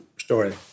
story